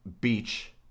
Beach